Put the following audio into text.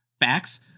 facts